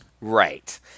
Right